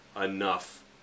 enough